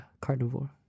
carnivore